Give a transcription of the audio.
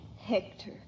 Hector